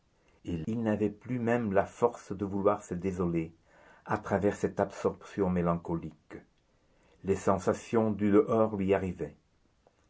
et il n'avait plus même la force de vouloir se désoler à travers cette absorption mélancolique les sensations du dehors lui arrivaient